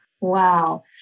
Wow